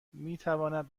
میتواند